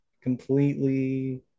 completely